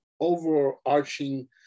overarching